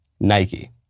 Nike